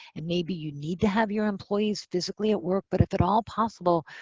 and maybe you need to have your employees physically at work. but if at all possible,